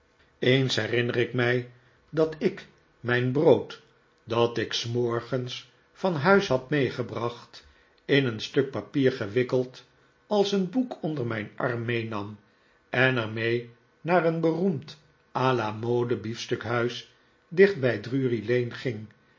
eens herinner ik mij dat ik mijn brood dat ik s morgens van huis had meegebracht in een stuk papier gewikkeld als een boek onder mijn arm meenam en er mee naar een beroemd a la mode biefstuk huis dicht bij drury lane ging